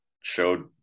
showed